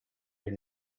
your